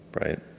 right